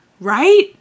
right